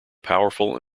powerful